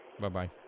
Bye-bye